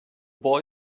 boy